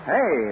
Hey